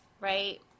right